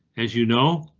as you know.